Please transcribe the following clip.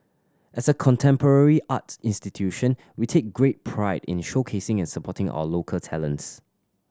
as a contemporary art institution we take great pride in showcasing and supporting our local talents